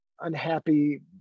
unhappy